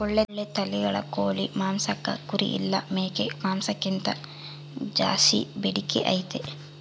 ಓಳ್ಳೆ ತಳಿಗಳ ಕೋಳಿ ಮಾಂಸಕ್ಕ ಕುರಿ ಇಲ್ಲ ಮೇಕೆ ಮಾಂಸಕ್ಕಿಂತ ಜಾಸ್ಸಿ ಬೇಡಿಕೆ ಐತೆ